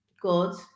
Good